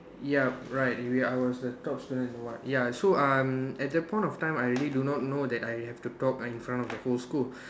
ya right we are I was the top student in the one ya so um at that point of time I really do not know that I have to talk in front of the whole school